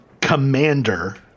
commander